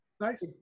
Nice